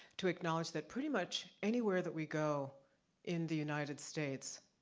to acknowledge that pretty much, anywhere that we go in the united states,